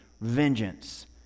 vengeance